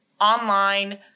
online